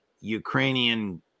Ukrainian